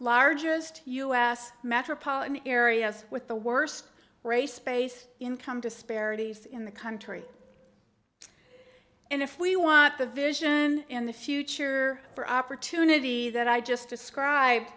largest u s metropolitan areas with the worst race space income disparities in the country and if we want the vision in the future for opportunity that i just described